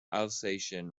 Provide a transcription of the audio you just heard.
alsatian